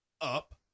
up